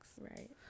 Right